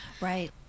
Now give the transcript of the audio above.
right